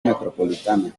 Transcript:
metropolitana